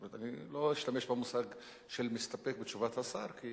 אני לא אשתמש במושג של "מסתפק בתשובת השר", כי